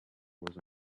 was